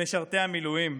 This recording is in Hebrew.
במשרתי המילואים,